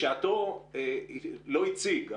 בשעתו לא הציג,